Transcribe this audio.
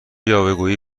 یاوهگویی